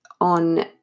on